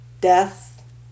death